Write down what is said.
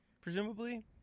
presumably